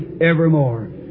evermore